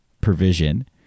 provision